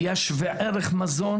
היה שווה ערך מזון,